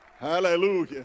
hallelujah